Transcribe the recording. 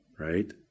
Right